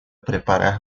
preparar